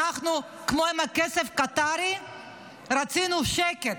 כמו עם הכסף הקטרי רצינו שקט.